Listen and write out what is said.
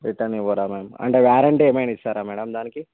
return ఇవ్వరా ma'am అంటే warranty ఏమైనా ఇస్తారా మేడం దానికి